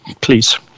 Please